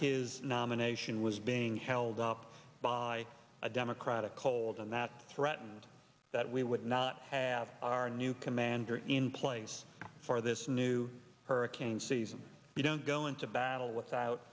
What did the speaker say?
his nomination was being held up by a democratic cold and that threatened that we would not have our new commander in place for this new hurricane season we don't go into battle without